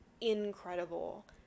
incredible